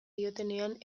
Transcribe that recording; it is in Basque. diotenean